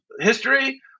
history